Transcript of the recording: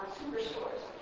superstores